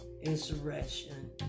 insurrection